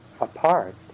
apart